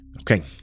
Okay